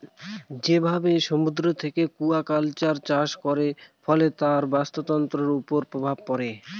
যেভাবে সমুদ্র থেকে একুয়াকালচার চাষ করে, ফলে তার বাস্তুতন্ত্রের উপর প্রভাব পড়ে